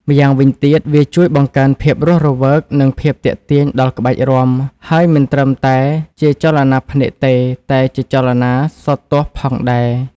ម្យ៉ាងវិញទៀតវាជួយបង្កើនភាពរស់រវើកនិងភាពទាក់ទាញ ដល់ក្បាច់រាំហើយមិនត្រឹមតែជាចលនាភ្នែកទេ តែជាចលនាសោតទស្សន៍ផងដែរ។